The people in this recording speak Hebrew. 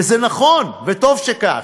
וזה נכון, וטוב שכך,